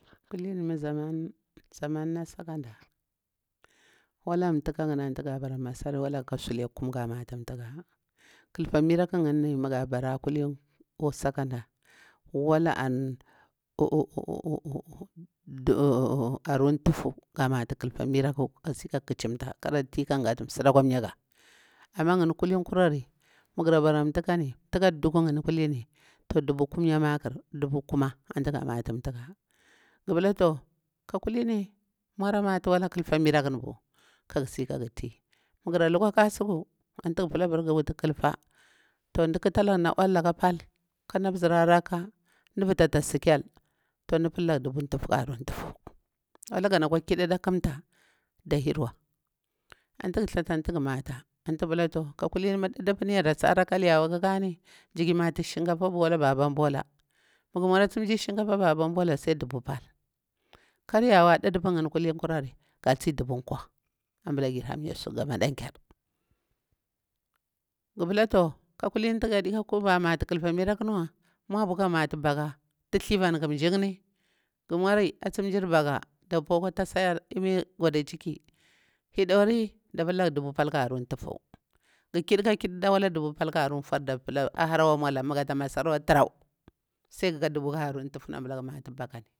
Kulini mah zaman, zaman nah saka ɗah waha an nthakah mah gah bara masari wala ankah sule kuma gah mati nthakah, kalfa miragu ngani mah gah bara kwini ko sakaaɗa wala an du aru ntivu ga mati kalfa miraku kasi ka ƙachimta karati kara ngati nsira akwa miiga. Amah ngani kulin kuri magure barah nthaƙah ni, nthakah ɗugu ngani kulini toh dubua kumiya maƙar dubu kuma ati ga mati nthakah gu palah toh kah kulini nmwara mati walah kafa mirakun bu, kagusi kaguti mah gara lukwa kabsiku ati gupala bar guwutu kalfa, toh ndi ƙutalaga na uwallaka pal, kah na brah rakah ka vatata skele tin nɗi palaga dubu kah aru ntufu, walaga kwa kiɗe ƙamta ɗa hirwa. Anti gu thlata anti gu matah, anti gupala toh kulini mah didipa yarusi hara kal yawa kukani nziki matu shikafabubuwala baban bulah. Magu mnur asi njir shikafari babau bulah sai dubu pal karyawa ɗiɗi pan ngani ƙulini gah tsi dubu pal, ƙar yawa ɗiɗipan ngam kulini kureri ga tsi dubu nkweh anbila gir hamiyasu ga madan lear. Gupalah toh ka kulin ti gadika kuba mati kalfi miraluunwa nmwabu kah matu baka thlivan ƙa njini gu nmwari atsi njir baleani ɗak puwa akwa tasayyor imir gwada ciki, hadauri dapala dubu pal kah aru tufu gu kiɗi ka kididah wallah dubu kah arunfur ahawa nmulah mah gatal masarna tirau sai guka dubu ka aru ntufu.